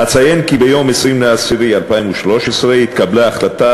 אציין כי ביום 20 באוקטובר 2013 התקבלה החלטת